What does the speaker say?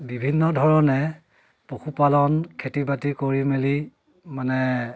বিভিন্ন ধৰণে পশুপালন খেতি বাতি কৰি মেলি মানে